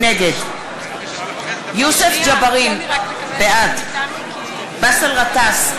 נגד יוסף ג'בארין, בעד באסל גטאס,